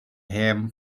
ham